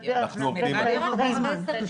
אנחנו עובדים על זה.